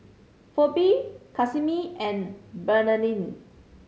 Pheobe Casimir and Bernardine